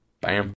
Bam